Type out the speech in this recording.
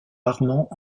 rarement